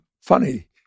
funny